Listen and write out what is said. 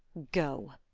go,